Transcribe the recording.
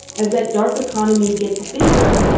as that dark economy gets bigger,